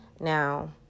Now